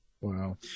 Wow